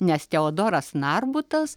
nes teodoras narbutas